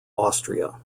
austria